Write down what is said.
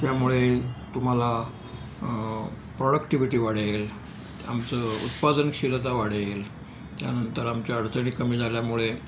त्यामुळे तुम्हाला प्रॉडक्टिविटी वाढेल आमचं उत्पादनशीलता वाढेल त्यानंतर आमच्या अडचणी कमी झाल्यामुळे